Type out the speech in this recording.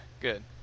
good